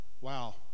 wow